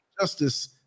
justice